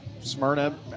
Smyrna